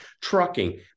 Trucking